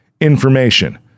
information